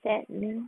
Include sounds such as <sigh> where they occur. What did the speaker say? sad <noise>